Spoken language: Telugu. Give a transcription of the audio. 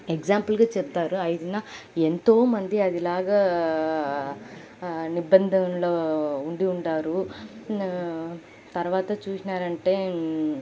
ఎక్సామ్పుల్గా చెప్తారు అయినా ఎంతోమంది అదిలాగా నిర్బంధంలో ఉండివుంటారు నా తర్వాత చూశారంటే